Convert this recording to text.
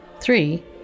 Three